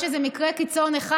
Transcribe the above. יש איזה מקרה קיצון אחד,